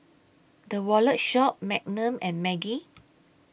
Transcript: The Wallet Shop Magnum and Maggi